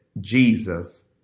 Jesus